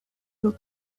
who